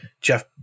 Jeff